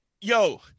Yo